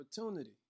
opportunity